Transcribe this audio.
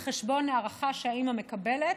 על חשבון הארכה שהאימא מקבלת.